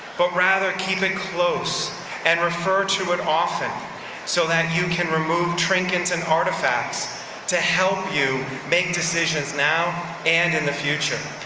but rather keep it close and refer to it often so that you can remove trinkets and artifacts to help you make decisions now and in the future.